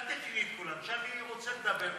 תשאל מי רוצה לדבר,